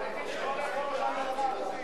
רציתי לשאול איפה ראש הממשלה.